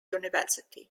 university